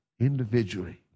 individually